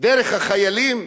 דרך החיילים?